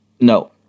no